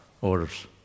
orders